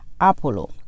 Apollo